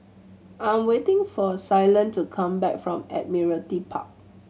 I'm waiting for Ceylon to come back from Admiralty Park